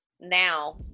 now